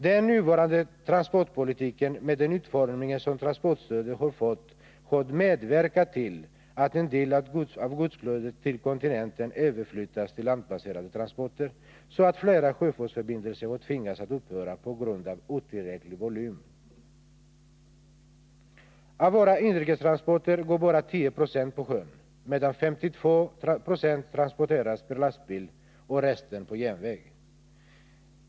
Den nuvarande transportpolitiken, med den utformning som transportstödet har fått, har medverkat till att en del av godsflödet till kontinenten överflyttats till landbaserade transporter, så att flera sjöfartsförbindelser har tvingats att upphöra på grund av otillräcklig lastvolym. Av våra inrikestransporter går bara 10 96 på sjön, medan 52 96 transporteras per lastbil och resten på järnväg.